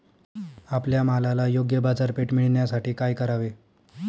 आपल्या मालाला योग्य बाजारपेठ मिळण्यासाठी काय करावे?